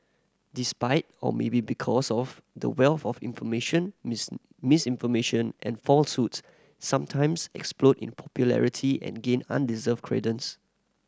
despite or maybe because of the wealth of information miss misinformation and falsehoods sometimes explode in popularity and gain undeserved credence